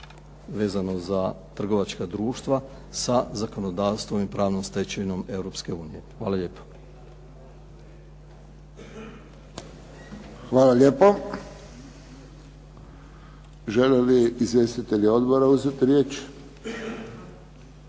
vezano za trgovačka društva sa zakonodavstvom i pravnom stečevinom Europske unije. Hvala lijepo. **Friščić, Josip (HSS)** Hvala lijepo. Žele li izvjestitelji odbora uzeti riječ?